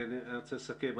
אני רוצה לסכם.